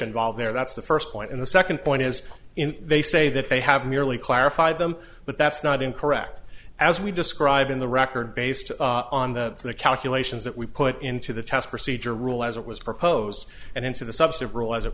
involved there that's the first point in the second point is in they say that they have merely clarified them but that's not incorrect as we describe in the record based on the the calculations that we put into the test procedure rule as it was proposed and into the substance rule as it